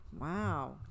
Wow